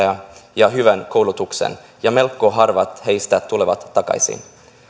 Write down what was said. ja hyvän koulutuksen ja melko harvat heistä tulevat takaisin